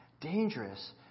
Dangerous